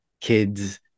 kids